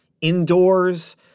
indoors